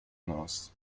knows